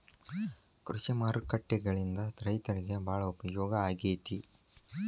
ಕೃಷಿ ಮಾರುಕಟ್ಟೆಗಳಿಂದ ರೈತರಿಗೆ ಬಾಳ ಉಪಯೋಗ ಆಗೆತಿ